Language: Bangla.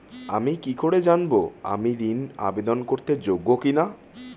আমি কি করে জানব আমি ঋন আবেদন করতে যোগ্য কি না?